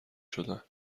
شدن